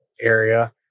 area